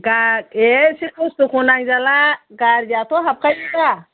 एसे खस्थ'खौ नांजाला गारियाथ' हाबखायो दा